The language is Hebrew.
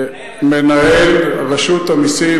מנהל רשות המסים.